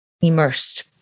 immersed